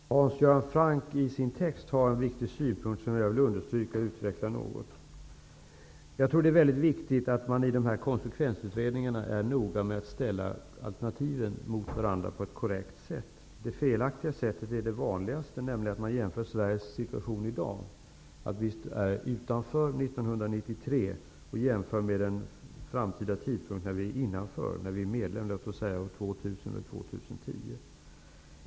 Herr talman! Hans Göran Franck har i sin interpellation en viktig synpunkt som jag något vill utveckla. Det är mycket viktigt att man i konsekvensutredningarna är noga med att ställa alternativen mot varandra på ett korrekt sätt. Det felaktiga sättet är det vanligaste, nämligen att man jämför Sveriges situation i dag, när vi år 1993 står utanför, med den framtida tidpunkt när vi är medlemmar år 2000 eller år 2010.